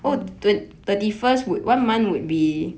mm